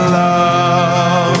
love